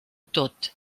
tot